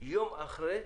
יום אחרי,